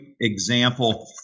example